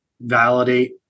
validate